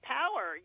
power